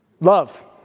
love